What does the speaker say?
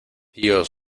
dios